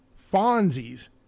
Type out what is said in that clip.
Fonzie's